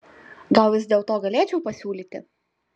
gal vis dėlto galėčiau pasiūlyti